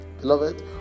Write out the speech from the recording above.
Beloved